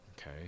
okay